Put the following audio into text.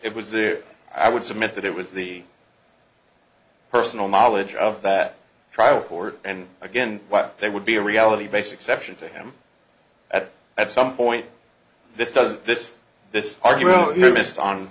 it was there i would submit that it was the personal knowledge of that trial court and again what they would be a reality based exception to him at at some point this doesn't this this argument